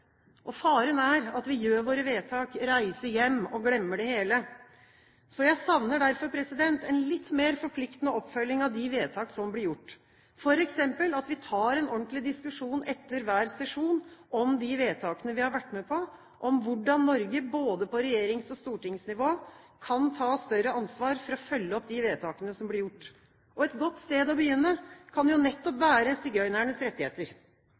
Faren er at vi gjør våre vedtak, reiser hjem og glemmer det hele. Jeg savner derfor en litt mer forpliktende oppfølging av de vedtak som blir gjort, f.eks. at vi tar en ordentlig diskusjon etter hver sesjon om de vedtakene vi har vært med på, om hvordan Norge både på regjerings- og stortingsnivå kan ta større ansvar for å følge opp de vedtakene som blir gjort. Et godt sted å begynne, kan jo nettopp være sigøynernes rettigheter.